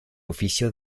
oficio